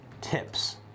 tips